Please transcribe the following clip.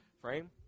frame